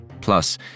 Plus